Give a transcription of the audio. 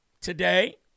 today